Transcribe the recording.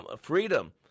freedom